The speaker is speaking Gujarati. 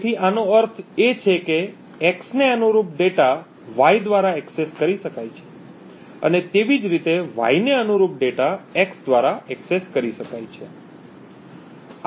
તેથી આનો અર્થ એ છે કે x ને અનુરૂપ ડેટા y દ્વારા એક્સેસ કરી શકાય છે અને તેવી જ રીતે y ને અનુરૂપ ડેટા x દ્વારા એક્સેસ કરી શકાય છે